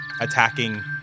attacking